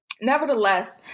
Nevertheless